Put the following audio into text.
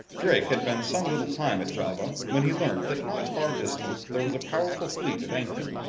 drake had been some little time at java when he learnt that not far distant there was a powerful fleet at anchor,